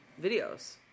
videos